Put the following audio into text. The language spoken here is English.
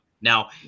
Now